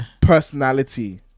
personality